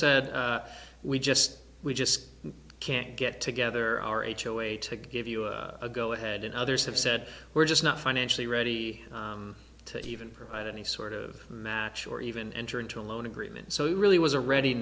said we just we just can't get together r h a way to give us a go ahead and others have said we're just not financially ready to even provide any sort of match or even enter into a loan agreement so it really was a read